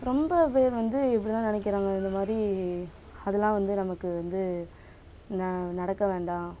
ரொம்ப பேர் வந்து இப்படி தான் நினைக்குறாங்க இந்தமாதிரி அதலாம் வந்து நமக்கு வந்து ந நடக்க வேண்டாம்